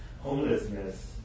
Homelessness